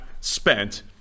spent